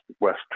west